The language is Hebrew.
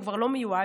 הוא כבר לא מיועד,